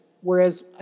whereas